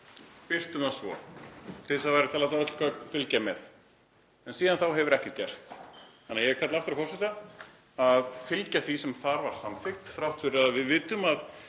Birtum það svo til þess að öll gögn fylgi með. En síðan þá hefur ekkert gerst. Þannig að ég kalla aftur á forseta að fylgja því sem þar var samþykkt, þrátt fyrir að við vitum að